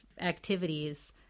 activities